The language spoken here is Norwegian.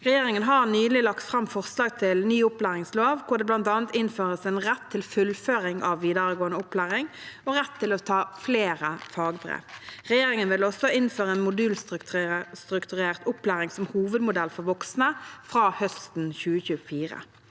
Regjeringen har nylig lagt fram forslag til ny opplæringslov, hvor det bl.a. innføres en rett til fullføring av videregående opplæring og rett til å ta flere fagbrev. Regjeringen vil også innføre modulstrukturert opplæring som hovedmodell for voksne fra høsten 2024.